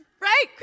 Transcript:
Right